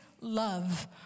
love